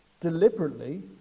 deliberately